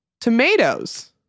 tomatoes